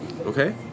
okay